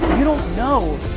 you don't know